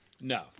No